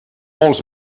molts